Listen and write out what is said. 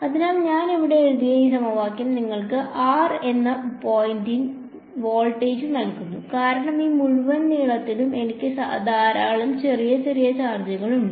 അതിനാൽ ഞാൻ ഇവിടെ എഴുതിയ ഈ സമവാക്യം നിങ്ങൾക്ക് r എന്ന പോയിന്റിൽ വോൾട്ടേജ് നൽകുന്നു കാരണം ഈ മുഴുവൻ നീളത്തിലും എനിക്ക് ധാരാളം ചെറിയ ചെറിയ ചാർജുകൾ ഉണ്ട്